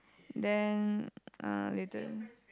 then uh later